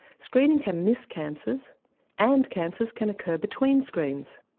screening can miss cancers and cancers can occur between screenings.